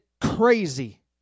crazy